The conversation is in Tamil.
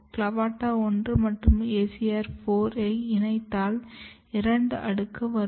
CLAVATA 1 மற்றும் ACR 4 யை இணைத்தால் இரண்டு அடுக்கு வரும்